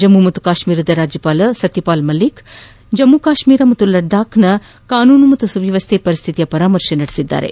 ಜಮ್ಮು ಕಾಶ್ಮೀರದ ರಾಜ್ಯಪಾಲ ಸತ್ಯಪಾಲ್ ಮಲ್ಲಿಕ್ ಜಮ್ಮು ಕಾಶ್ಮೀರ ಹಾಗೂ ಲಡಾಕ್ನ ಕಾನೂನು ಮತ್ತು ಸುವ್ಯವಸ್ದೆ ಪರಿಸ್ಥಿತಿಯ ಪರಾಮರ್ಶೆ ನಡೆಸಿದ್ದಾರೆ